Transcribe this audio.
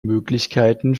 möglichkeiten